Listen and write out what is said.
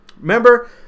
Remember